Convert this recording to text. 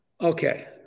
Okay